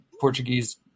Portuguese